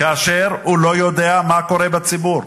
כאשר הוא לא יודע מה קורה בציבור.